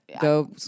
Go